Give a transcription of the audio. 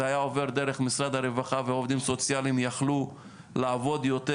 זה היה עובר דרך משרד הרווחה ועובדים סוציאליים יכלו לעבוד יותר